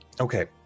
okay